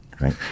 right